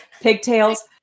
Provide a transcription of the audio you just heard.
Pigtails